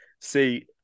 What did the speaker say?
See